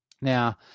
Now